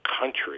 country